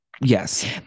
yes